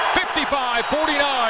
55-49